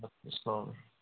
ادٕ کیٛاہ اسلام وعلیکُم